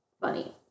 funny